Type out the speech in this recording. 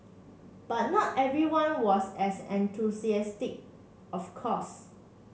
but not everyone was as enthusiastic of course